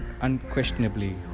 unquestionably